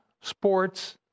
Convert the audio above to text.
sports